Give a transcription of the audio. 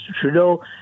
Trudeau